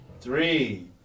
three